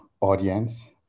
audience